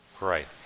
Right